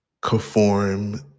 conform